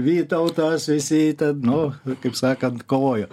vytautas visi ten nu kaip sakant kovojo